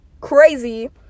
Crazy